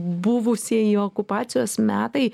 buvusieji okupacijos metai